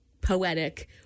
poetic